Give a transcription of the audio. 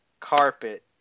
carpet